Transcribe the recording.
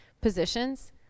positions